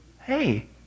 hey